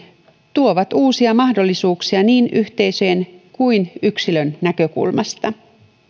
tuovat uusia mahdollisuuksia niin yhteisöjen kuin yksilön näkökulmasta